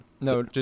no